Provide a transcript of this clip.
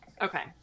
Okay